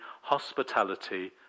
hospitality